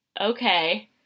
okay